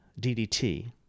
DDT